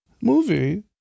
movie